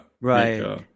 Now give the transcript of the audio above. right